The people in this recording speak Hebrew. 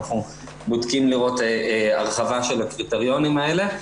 אנחנו בודקים לראות הרחבה של הקריטריונים האלה.